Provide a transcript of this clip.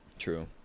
True